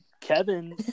Kevin